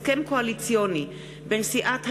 הסכם קואליציוני בין סיעת הליכוד,